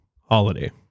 Holiday